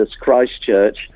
Christchurch